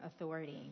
authority